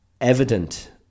evident